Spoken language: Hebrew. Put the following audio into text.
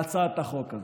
בהצעת החוק הזאת.